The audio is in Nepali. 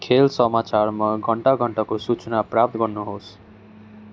खेल समाचारमा घण्टा घण्टाको सूचना प्राप्त गर्नु होस्